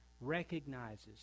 recognizes